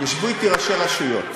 ישבו אתי ראשי רשויות,